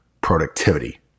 productivity